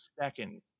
seconds